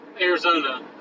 Arizona